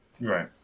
Right